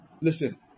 Listen